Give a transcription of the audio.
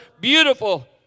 beautiful